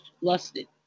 lusted